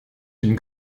une